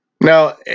Now